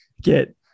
get